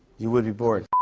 you would be bored?